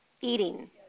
eating